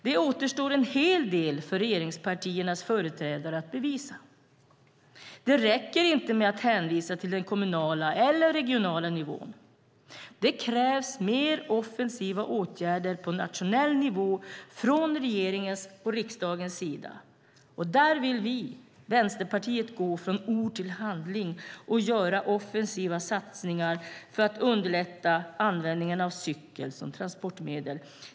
Det återstår en hel del för regeringspartiernas företrädare att bevisa. Det räcker inte med att hänvisa till den kommunala eller regionala nivån. Det krävs mer offensiva åtgärder på nationell nivå från regeringens och riksdagens sida. Där vill Vänsterpartiet gå från ord till handling och göra offensiva satsningar för att underlätta användningen av cykeln som transportmedel.